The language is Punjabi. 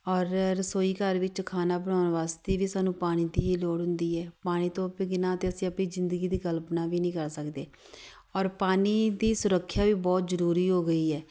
ਔਰ ਰਸੋਈ ਘਰ ਵਿੱਚ ਖਾਣਾ ਬਣਾਉਣ ਵਾਸਤੇ ਵੀ ਸਾਨੂੰ ਪਾਣੀ ਦੀ ਹੀ ਲੋੜ ਹੁੰਦੀ ਹੈ ਪਾਣੀ ਤੋਂ ਬਿਨਾ ਤਾਂ ਅਸੀਂ ਆਪਣੀ ਜ਼ਿੰਦਗੀ ਦੀ ਕਲਪਨਾ ਵੀ ਨਹੀਂ ਕਰ ਸਕਦੇ ਔਰ ਪਾਣੀ ਦੀ ਸੁਰੱਖਿਆ ਵੀ ਬਹੁਤ ਜ਼ਰੂਰੀ ਹੋ ਗਈ ਹੈ